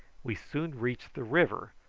we soon reached the river,